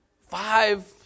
Five